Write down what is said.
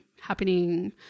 happening